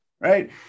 Right